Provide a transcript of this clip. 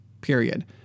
period